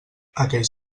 aquells